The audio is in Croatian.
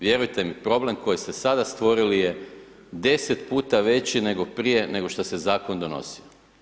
Vjerujte mi problem koji ste sad stvorili je deset puta veći nego prije nego što se je zakon donosio.